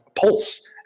pulse